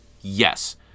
yes